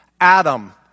Adam